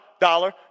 dollar